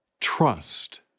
trust